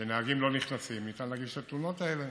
שנהגים לא נכנסים, ניתן להגיש את התלונות האלה,